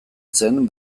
zen